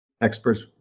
experts